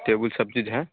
table सब चीज है